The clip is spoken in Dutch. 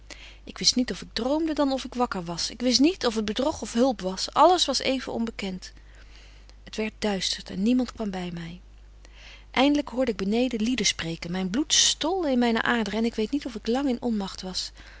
ik wist niet of ik droomde dan of ik wakker was ik wist niet of t bedrog of hulp was alles was even onbekent het werdt duister en niemand kwam by my eindlyk hoorde ik beneden lieden spreken myn bloed stolde in myne aderen en ik weet niet of ik lang in onmagt was